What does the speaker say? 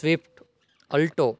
swift alto